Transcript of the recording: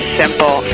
simple